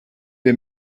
wir